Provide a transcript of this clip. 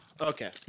Okay